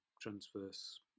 transverse